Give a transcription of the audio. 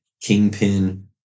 Kingpin